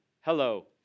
hello